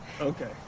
Okay